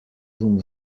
zum